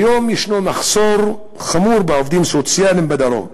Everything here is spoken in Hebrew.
כיום ישנו מחסור חמור בעובדים סוציאליים בדרום.